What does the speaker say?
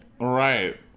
Right